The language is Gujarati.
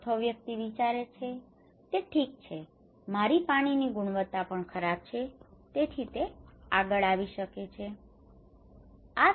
ચોથો વ્યક્તિ વિચારી શકે છે કે તે ઠીક છે મારી પાણીની ગુણવત્તા પણ ખરાબ છે તેથી તે આગળ આવી શકે